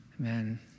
Amen